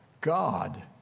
God